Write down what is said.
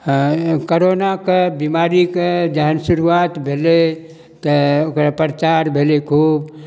हँ करोनाके बीमारीके जहन शुरुआत भेलै तऽ ओकरा प्रचार भेलै खूब